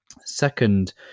Second